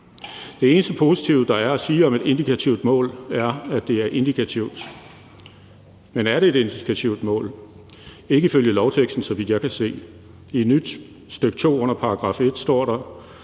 Det eneste positive, der er at sige om et indikativt mål, er, at det er indikativt. Men er det et indikativt mål? Det er det ikke ifølge lovteksten, så vidt jeg kan se. I et nyt stk. 2 under § 1 står der: